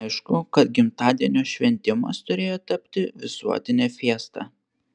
aišku kad gimtadienio šventimas turėjo tapti visuotine fiesta